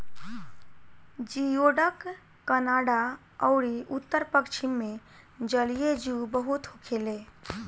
जियोडक Canada अउरी उत्तर पश्चिम मे जलीय जीव बहुत होखेले